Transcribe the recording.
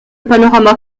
panorama